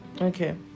Okay